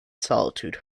solitude